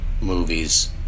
movies